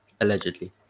allegedly